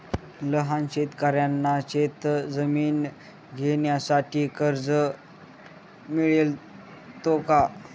लहान शेतकऱ्यांना शेतजमीन घेण्यासाठी कर्ज मिळतो का?